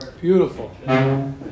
Beautiful